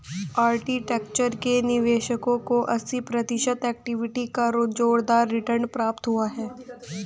architecture के निवेशकों को अस्सी प्रतिशत इक्विटी का जोरदार रिटर्न प्राप्त हुआ है